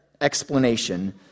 explanation